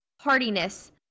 hardiness